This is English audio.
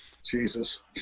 Jesus